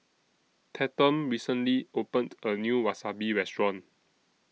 Tatum recently opened A New Wasabi Restaurant